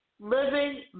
Living